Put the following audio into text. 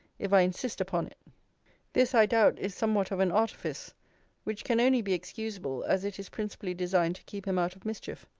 if i insist upon it this, i doubt, is somewhat of an artifice which can only be excusable, as it is principally designed to keep him out of mischief.